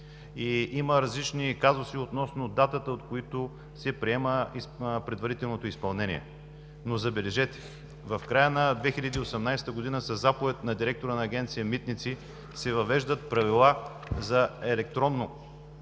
Има различни казуси относно датата, от която се приема предварителното изпълнение. Но, забележете, в края на 2018 г. със заповед на директора на Агенция „Митници“ се въвеждат правила за електронно